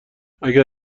اگر